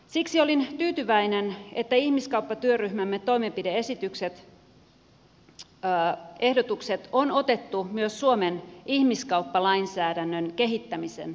siksi olin tyytyväinen että ihmiskauppatyöryhmämme toimenpide ehdotukset on otettu myös suomen ihmiskauppalainsäädännön kehittämisen pohjaksi